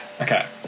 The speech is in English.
Okay